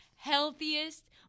healthiest